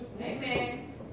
Amen